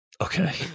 Okay